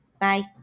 Bye